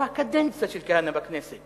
או הקדנציה של כהנא בכנסת.